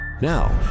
Now